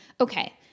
okay